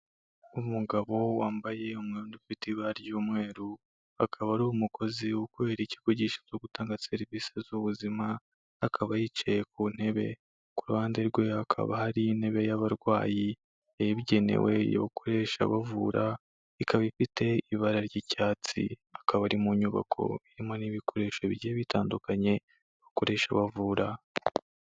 Umugabo wambaye umwenda ufite ibara ry'umweru, akaba ari umukozi ukorera ikigo gishinzwe gutanga serivisi z'ubuzima akaba yicaye ku ntebe, ku ruhande rwe hakaba hari intebe y'abarwayi yabigenewe yo gukoresha bavura, ikaba ifite ibara ry'icyatsi, akaba ari mu nyubako irimo n'ibikoresho bigiye bitandukanye bakoresha bavura.